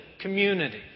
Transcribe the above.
community